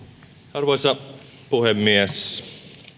arvoisa puhemies